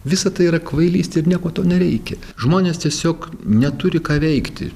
visa tai yra kvailystė ir nieko to nereikia žmonės tiesiog neturi ką veikti